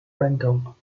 brendel